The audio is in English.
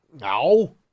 No